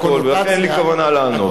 זה הכול, לכן אין לי כוונה לענות.